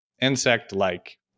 insect-like